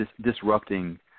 disrupting